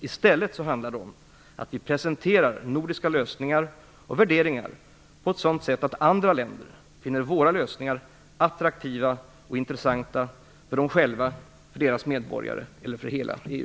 I stället handlar det om att vi presenterar nordiska lösningar och värderingar på ett sådant sätt att andra länder finner våra lösningar attraktiva och intressanta för dem själva, för deras medborgare eller för hela EU.